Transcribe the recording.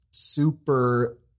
super